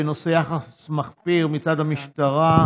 בנושא: יחס מחפיר מצד המשטרה.